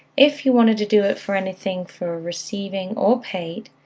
if you wanted to do it for anything for receiving or paid,